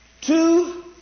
two